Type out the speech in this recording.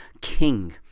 king